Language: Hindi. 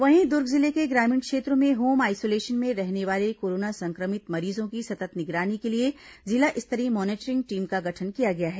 वहीं दुर्ग जिले के ग्रामीण क्षेत्रों में होम आइसोलेशन में रहने वाले कोरोना संक्रमित मरीजों की सतत् निगरानी के लिए जिला स्तरीय मॉनिटरिंग टीम का गठन किया गया है